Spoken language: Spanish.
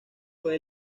fue